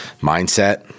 mindset